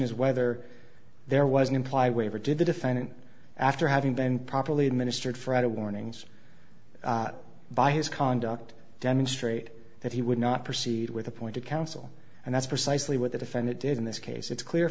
is whether there was an implied waiver did the defendant after having been properly administered freida warnings by his conduct demonstrate that he would not proceed with appointed counsel and that's precisely what the defendant did in this case it's clear